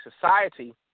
society